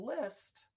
list